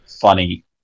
funny